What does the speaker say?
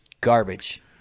garbage